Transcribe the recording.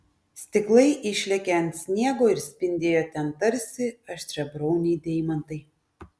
stiklai išlėkė ant sniego ir spindėjo ten tarsi aštriabriauniai deimantai